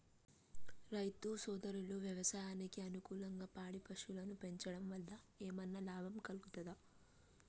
రైతు సోదరులు వ్యవసాయానికి అనుకూలంగా పాడి పశువులను పెంచడం వల్ల ఏమన్నా లాభం కలుగుతదా?